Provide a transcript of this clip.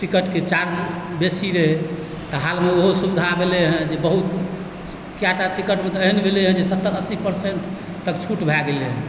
टिकटके चार्ज बेसी रहै तऽ हालमे ओहो सुविधा भेलै हँ जे बहुत कएकटा टिकटमे तऽ एहन भेलै हँ जे सत्तर अस्सी परसेण्ट तक छूट भए गेलै हँ